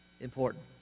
important